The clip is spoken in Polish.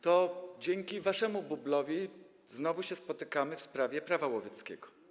To dzięki waszemu bublowi znowu się spotykamy w sprawie Prawa łowieckiego.